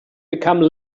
become